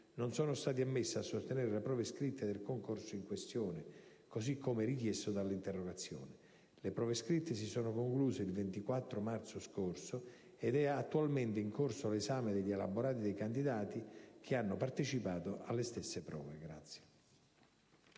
non sono stati ammessi a sostenere le prove scritte del concorso in questione, così come richiesto nell'interrogazione. Le prove scritte si sono concluse il 24 marzo scorso ed è attualmente in corso l'esame degli elaborati dei candidati che hanno partecipato alle stesse prove.